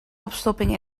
opstopping